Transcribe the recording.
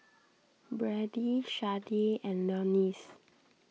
Brady Sharday and Leonce